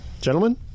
Gentlemen